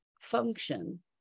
function